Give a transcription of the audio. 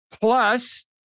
plus